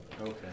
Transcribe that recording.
Okay